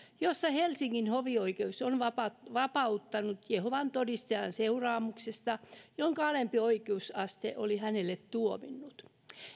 jossa helsingin hovioikeus on vapauttanut jehovan todistajan seuraamuksesta jonka alempi oikeusaste oli hänelle tuominnut